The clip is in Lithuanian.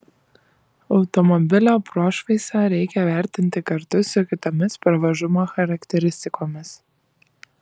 automobilio prošvaisą reikia vertinti kartu su kitomis pravažumo charakteristikomis